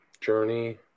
Journey